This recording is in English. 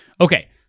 Okay